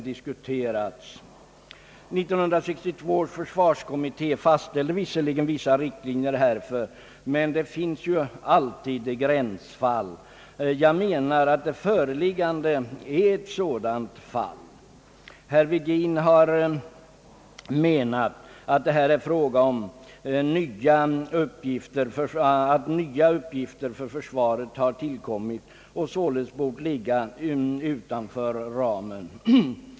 1962 års försvarskommitté fastställde visserligen riktlinjer härför, men det finns ju alltid gränsfall, och jag anser att det föreliggande är ett sådant. Herr Virgin har framfört den meningen att det här är fråga om nya uppgifter för försvaret och att kostnaderna sålunda bort ligga utanför ramen.